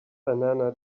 banana